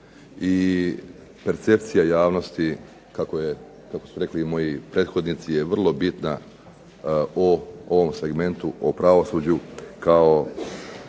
i percepcija javnosti kako su rekli i moji prethodnici je vrlo bitna o ovom segmentu o pravosuđu kao